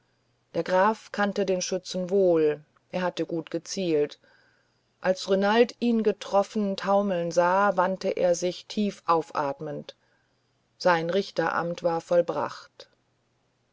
der graf kannte den schützen wohl er hatte gut gezielt als renald ihn getroffen taumeln sah wandte er sich tief aufatmend sein richteramt war vollbracht